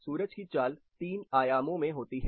सूरज की चाल तीन आयामों में होती है